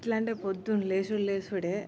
ఎట్లా అంటే ప్రొద్దున లేసుడే లేసుడే